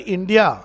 India